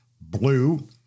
blue